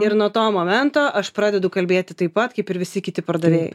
ir nuo to momento aš pradedu kalbėti taip pat kaip ir visi kiti pardavėjai